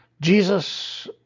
Jesus